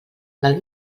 del